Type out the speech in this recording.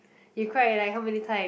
you cried like how many time